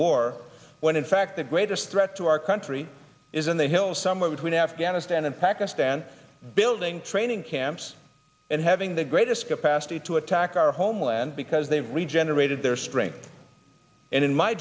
war when in fact the greatest threat to our country is in the hills somewhere between afghanistan and pakistan building training camps and having the greatest capacity to attack our homeland because they regenerated their strength and in my